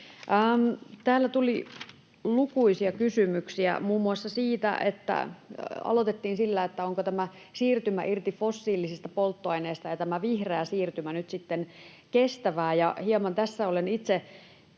Täällä tuli lukuisia kysymyksiä. Aloitettiin sillä, onko tämä siirtymä irti fossiilisista polttoaineista ja tämä vihreä siirtymä nyt sitten kestävää. Hieman tässä olen itse